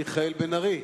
חבר הכנסת מיכאל בן-ארי,